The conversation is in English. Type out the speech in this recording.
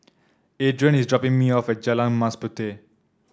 Edrien is dropping me off at Jalan Mas Puteh